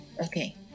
okay